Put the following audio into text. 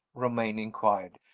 romayne inquired,